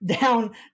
down